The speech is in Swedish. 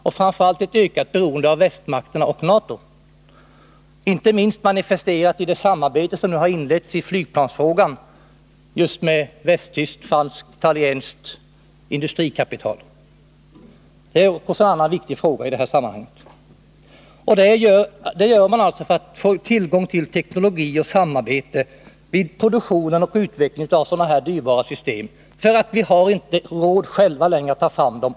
Framför allt innebär det ett ökat beroende av västmakterna och NATO, inte minst manifesterat i det samarbete som nu har inletts i flygplansfrågan med just västtyskt, franskt och italienskt industrikapital. Detta är en annan viktig fråga i det här sammanhanget. Detta gör man alltså för att få tillgång till teknologi och samarbete vid produktion och utveckling av sådana här dyrbara system. Vi har inte längre råd att själva ta ftam dem.